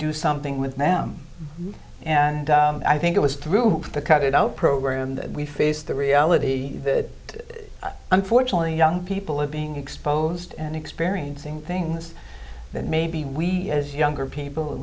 do something with them and i think it was through the cut it out program that we face the reality that unfortunately young people are being exposed and experiencing things that maybe we as younger people at